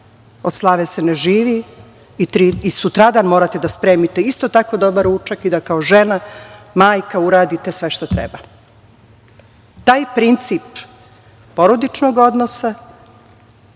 od slave se ne živi i sutradan morate da spremite isto tako dobar ručak i da kao žena, majka, uradite, sve što treba. Taj princip porodičnog odnosa,